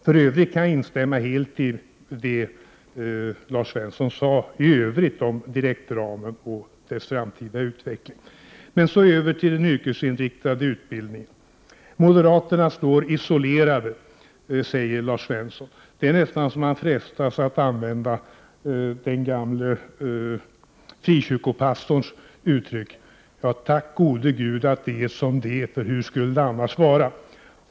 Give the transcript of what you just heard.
För Övrigt instämmer jag helt i det som Lars Svensson sade om direktramen och dess framtida utveckling. Jag går så över till den yrkesinriktade utbildningen. Moderaterna står isolerade, sade Lars Svensson. Det är nästan så att man frestas att använda den gamle frikyrkopastorns uttryck: Tack gode Gud att det är som det är, för hur skulle det annars vara.